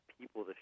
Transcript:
people